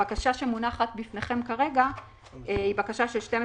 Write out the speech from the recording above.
הבקשה שמונחת בפניכם כרגע היא בקשה של 12